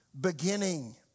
beginning